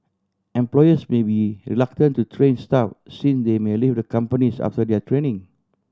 employers may be reluctant to train staff since they may leave the companies after their training